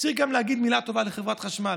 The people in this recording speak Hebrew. צריך להגיד מילה טובה גם על חברת החשמל.